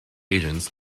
agents